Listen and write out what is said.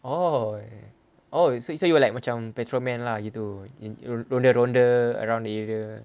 oh oh so so you so you were like macam patrolman lah gitu ronda-ronda around the area